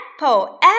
Apple